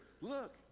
look